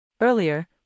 Earlier